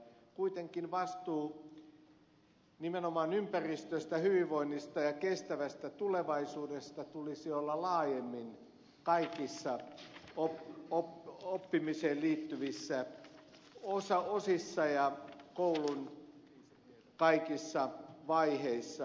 kuitenkin vastuun nimenomaan ympäristöstä hyvinvoinnista ja kestävästä tulevaisuudesta tulisi olla laajemmin kaikissa oppimiseen liittyvissä osissa ja koulun kaikissa vaiheissa